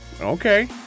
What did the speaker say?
okay